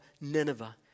Nineveh